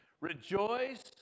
Rejoice